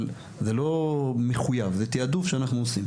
אבל זה לא מחוייב, זה תיעדוף שאנחנו עושים.